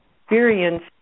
experience